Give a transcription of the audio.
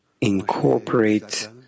incorporate